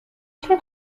چطور